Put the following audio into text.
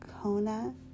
Kona